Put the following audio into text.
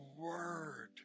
word